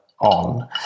on